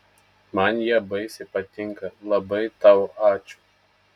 man jie baisiai patinka labai tau ačiū